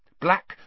Black